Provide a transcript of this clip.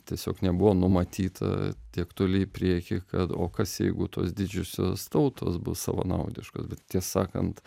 tiesiog nebuvo numatyta tiek toli į priekį kad o kas jeigu tos didžiosios tautos bus savanaudiškos bet tiesą sakant